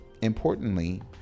importantly